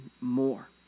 more